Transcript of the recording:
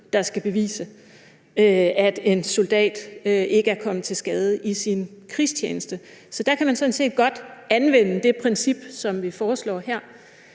der skal bevise, at en soldat ikke er kommet til skade i sin krigstjeneste. Så der kan man sådan set godt anvende det princip, som vi foreslår her.